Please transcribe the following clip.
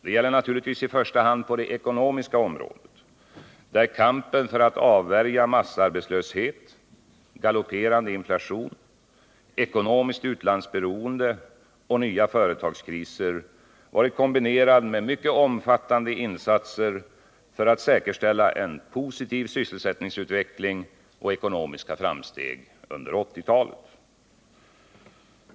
Det gäller naturligtvis i första hand på det ekonomiska området, där kampen för att avvärja massarbetslöshet, galopperande inflation, ekonomiskt utlandsberoende och nya företagskriser varit kombinerad med mycket omfattande insatser för att säkerställa en positiv sysselsättningsutveckling och ekonomiska framsteg under 1980-talet.